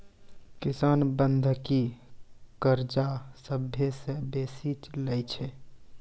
किसान बंधकी कर्जा सभ्भे से बेसी लै छै